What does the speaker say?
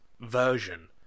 version